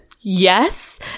Yes